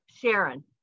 Sharon